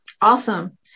Awesome